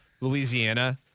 Louisiana